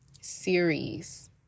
series